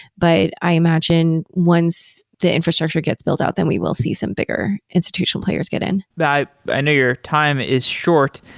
but i imagine once the infrastructure gets built out, then we will see some bigger institutional players get in but i i know your time is short.